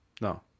no